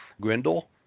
Grendel